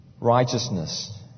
righteousness